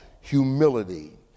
Humility